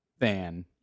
fan